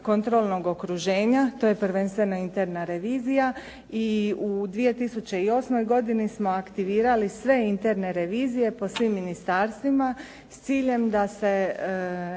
kontrolnog okruženja. To je prvenstveno interna revizija. I u 2008. godini smo aktivirali sve interne revizije po svim ministarstvima s ciljem da se